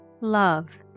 love